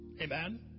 Amen